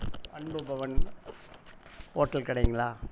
அன்பு பவன் ஹோட்டல் கடைங்களா